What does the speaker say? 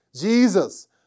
Jesus